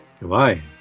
Goodbye